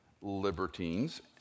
libertines